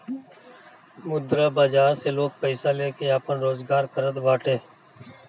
मुद्रा बाजार बाजार से लोग पईसा लेके आपन रोजगार करत बाटे